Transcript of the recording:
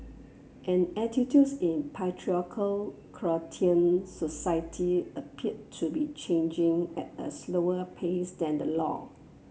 and attitudes in patriarchal Croatian society appear to be changing at a slower pace than the law